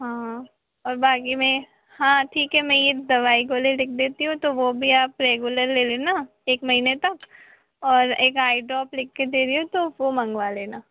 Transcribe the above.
हाँ और बाक़ी मैं हाँ ठीक है मैं ये दवाई गोली लिख देती हूँ तो वह भी आप रेगुलर ले लेना एक महीने तक और एक आई ड्रॉप लिखकर दे रही हूँ तो वह मँगवा लेना